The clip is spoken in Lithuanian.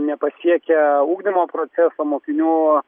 nepasiekia ugdymo proceso mokinių